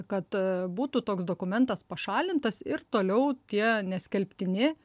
kad būtų toks dokumentas pašalintas ir toliau tie neskelbtini